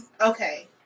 okay